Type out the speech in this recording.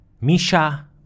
Misha